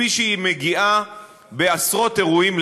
כפי שהיא מגיעה בעשרות אירועים,